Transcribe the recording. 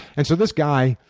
and so this guy,